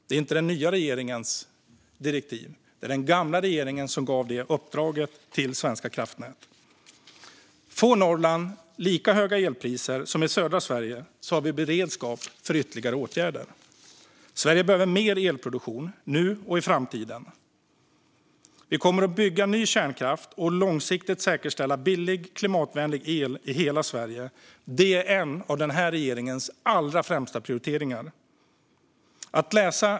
Det är inte den nya regeringens direktiv - det var den gamla regeringen som gav det uppdraget till Svenska kraftnät. Får Norrland lika höga elpriser som i södra Sverige har vi beredskap för ytterligare åtgärder. Sverige behöver mer elproduktion, nu och i framtiden. Vi kommer att bygga ny kärnkraft och långsiktigt säkerställa billig, klimatvänlig el i hela Sverige. Det är en av den här regeringens allra främsta prioriteringar. Fru talman!